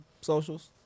socials